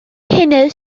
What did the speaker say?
hynny